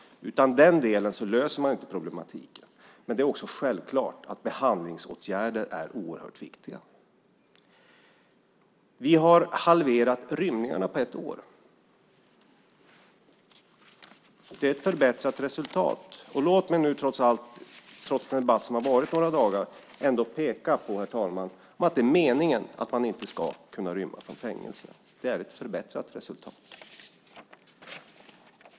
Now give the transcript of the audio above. Utan den delen löser man inte problematiken. Men självklart är också behandlingsåtgärder oerhört viktiga. Vi har halverat rymningarna på ett år. Det är ett förbättrat resultat. Låt mig nu, trots den debatt som har varit några dagar, peka på, herr talman, att det är meningen att man inte ska kunna rymma från fängelser. Det är ett förbättrat resultat.